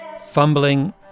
Fumbling